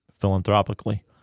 philanthropically